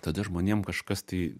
tada žmonėm kažkas tai